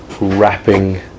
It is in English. wrapping